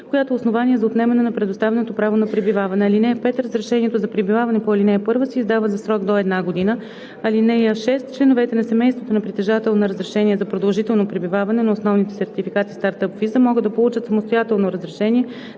която е основание за отнемане на предоставеното право на пребиваване. (5) Разрешението за пребиваване по ал. 1 се издава за срок до една година. (6) Членовете на семейството на притежател на разрешение за продължително пребиваване на основание сертификат „Стартъп виза“ могат да получат самостоятелно разрешение